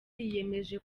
yiyemeje